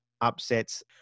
upsets